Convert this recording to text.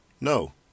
No